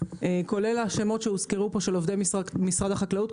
כולל השמות שהוזכרו פה של עובדי משרד החקלאות,